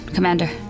Commander